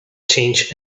change